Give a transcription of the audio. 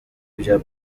ibya